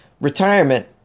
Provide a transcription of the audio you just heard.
retirement